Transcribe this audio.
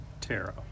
tarot